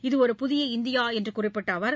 இது ஒரு புதிய இந்தியா என்று குறிப்பிட்ட அவர்